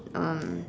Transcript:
um